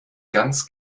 ganz